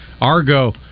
Argo